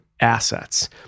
assets